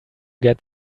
get